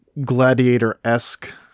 Gladiator-esque